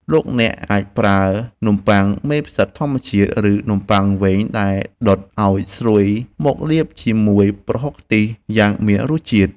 លោកអ្នកអាចប្រើនំប៉័ងមេផ្សិតធម្មជាតិ ឬនំប៉័ងវែង ដែលដុតឱ្យស្រួយមកលាបជាមួយប្រហុកខ្ទិះយ៉ាងមានរសជាតិ។